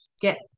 Get